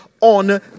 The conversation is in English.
on